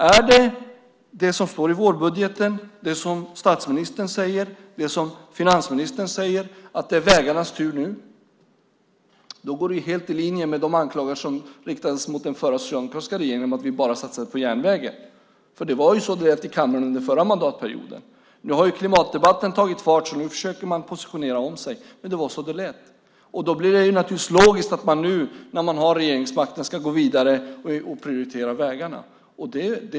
Är det vad som står i vårbudgeten, det som statsministern säger, det som finansministern säger, att det nu är vägarnas tur? Det är i så fall helt i linje med de anklagelser som riktades mot den förra socialdemokratiska regeringen, att vi bara satsade på järnvägar. Så lät det nämligen i kammaren under förra mandatperioden. Nu har klimatdebatten tagit fart och man försöker därför positionera om sig, men det var så det lät. Då blir det naturligtvis logiskt att nu när man innehar regeringsmakten gå vidare och prioritera vägarna.